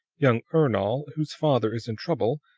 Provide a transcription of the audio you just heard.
young ernol, whose father is in trouble,